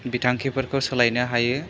बिथांखिफोरखौ सोलायनो हायो